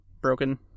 broken